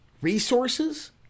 resources